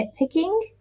nitpicking